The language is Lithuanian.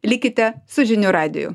likite su žinių radiju